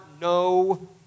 no